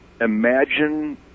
imagine